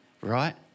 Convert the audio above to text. right